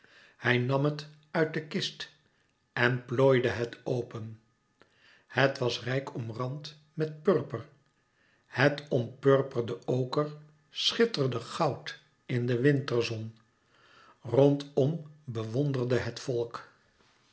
hij nam het uit de kist en plooide het open het was rijk omrand met purper het ompurperde oker schitterde goud in de winterzon rondom bewonderde het volk